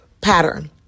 pattern